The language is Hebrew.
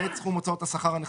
(ב)סכום הוצאות השכר הנחסכות,